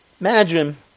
Imagine